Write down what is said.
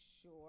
sure